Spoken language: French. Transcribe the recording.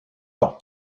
temps